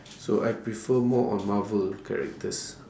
so I prefer more on marvel characters